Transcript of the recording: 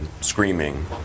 screaming